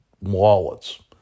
wallets